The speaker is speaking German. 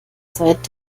seit